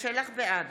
בעד